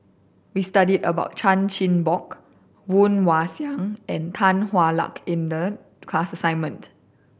we studied about Chan Chin Bock Woon Wah Siang and Tan Hwa Luck in the class assignment